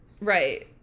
Right